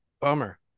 Bummer